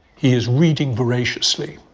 he is reading voraciously.